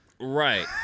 Right